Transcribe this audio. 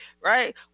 right